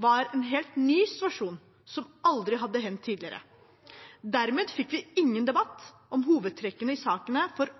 var en helt ny situasjon, som aldri hadde hendt tidligere. Dermed fikk vi ingen debatt om hovedtrekkene i saken for